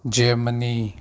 Germany